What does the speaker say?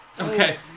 Okay